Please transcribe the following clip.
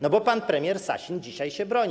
No bo pan premier Sasin dzisiaj się broni.